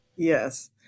Yes